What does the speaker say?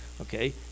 okay